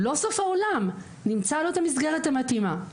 לא סוף העולם, נמצא לו את המסגרת המתאימה.